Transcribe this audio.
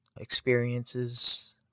experiences